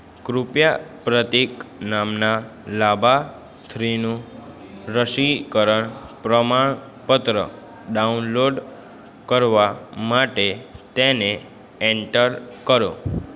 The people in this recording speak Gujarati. કૃપયા પ્રતીક નામના લાભાર્થીનું રસીકરણ પ્રમાણપત્ર ડાઉનલોડ કરવા માટે તેને એન્ટર કરો